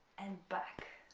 and back.